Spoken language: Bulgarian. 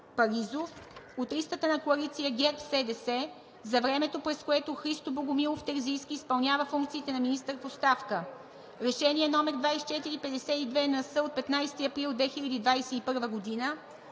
ЕГН …, от листата на коалиция ГЕРБ-СДС, за времето, през което Христо Богомилов Терзийски изпълнява функциите на министър в оставка.“ Решение № 2452-НС, София, 15 април 2021 г.